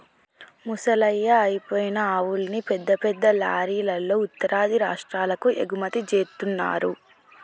ముసలయ్యి అయిపోయిన ఆవుల్ని పెద్ద పెద్ద లారీలల్లో ఉత్తరాది రాష్టాలకు ఎగుమతి జేత్తన్నరు